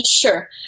Sure